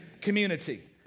community